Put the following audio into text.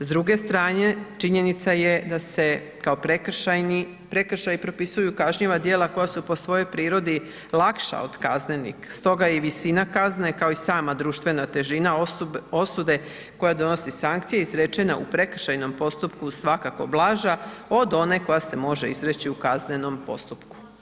S druge strane činjenica je da se kao prekršajni, prekršaji popisuju kažnjiva djela koja su po svojoj prirodi lakša od kaznenih stoga je i visina kazne kao i sama društvena težina osude koja donosi sankcije izrečena u prekršajnom postupku svakako blaža od one koja se može izreći u kaznenom postupku.